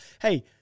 Hey